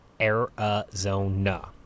Arizona